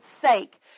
sake